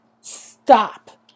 Stop